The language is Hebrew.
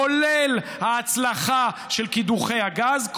כולל ההצלחה של קידוחי הגז,